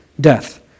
death